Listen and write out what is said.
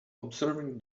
observing